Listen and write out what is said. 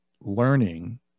learning